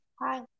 Hi